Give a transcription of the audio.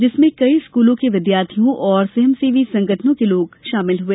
जिसमें कई स्कूलों के विद्यार्थियों और स्वयंसेवी संगठनों के लोग शामिल हुए